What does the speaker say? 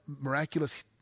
miraculous